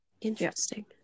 interesting